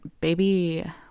baby